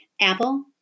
Apple